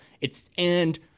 it's—and